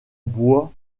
bois